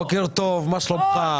בוקר טוב, מה שלומך?